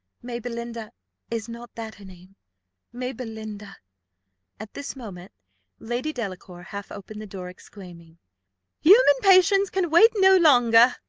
may belinda is not that her name may belinda at this moment lady delacour half opened the door, exclaiming human patience can wait no longer!